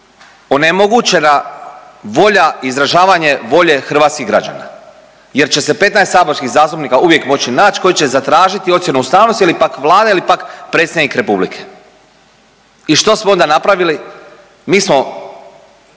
onemogućena volja izražavanje volje hrvatskih građana jer će se 15 saborskih zastupnika uvijek moć nać koji će zatražiti ocjenu ustavnosti ili pak Vlada ili pak predsjednik Republike. I što smo onda napravili? Mi smo